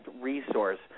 resource